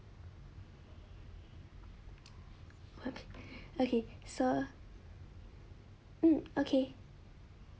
o~ okay so mm okay